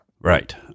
Right